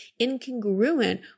incongruent